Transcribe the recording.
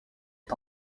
est